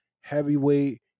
Heavyweight